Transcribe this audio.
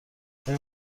ایا